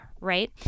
right